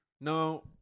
No